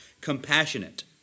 compassionate